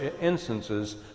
instances